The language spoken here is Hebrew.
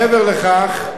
מעבר לכך,